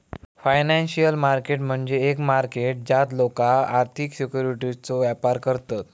financial market म्हणजे एक market ज्यात लोका आर्थिक सिक्युरिटीजचो व्यापार करतत